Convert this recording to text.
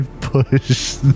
push